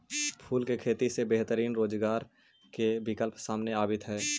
फूल के खेती से बेहतरीन रोजगार के विकल्प सामने आवित हइ